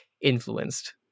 influenced